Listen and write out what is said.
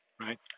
right